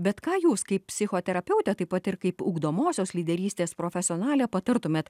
bet ką jūs kaip psichoterapeutė taip pat ir kaip ugdomosios lyderystės profesionalė patartumėt